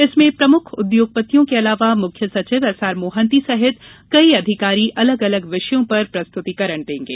इसमें प्रमुख उद्योगपतियों के अलावा मुख्य सचिव एस आर मोहंती सहित कई अधिकारी अलग अलग विषयों पर प्रस्तुतिकरण देंगे